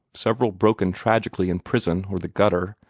several broken tragically in prison or the gutter,